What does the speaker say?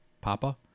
Papa